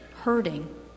hurting